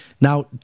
Now